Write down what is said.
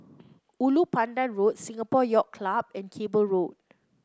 Ulu Pandan Road Singapore Yacht Club and Cable Road